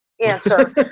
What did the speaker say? answer